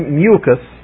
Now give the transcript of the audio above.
mucus